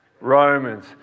Romans